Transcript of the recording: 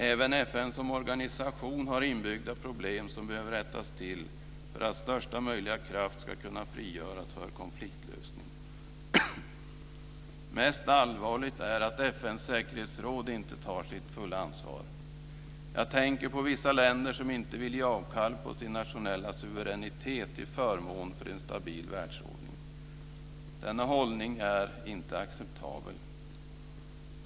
Även FN som organisation har inbyggda problem som behöver rättas till för att största möjliga kraft ska kunna frigöras för konfliktlösning. Mest allvarligt är att FN:s säkerhetsråd inte tar sitt fulla ansvar. Jag tänker på vissa länder som inte vill ge avkall på sin nationella suveränitet till förmån för en stabil världsordning. Denna hållning är inte acceptabel.